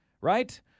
right